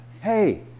Hey